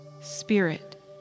spirit